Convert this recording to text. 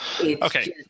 okay